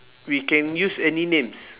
we can use any names